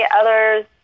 Others